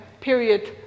period